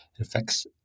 affects